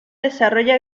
desarrolla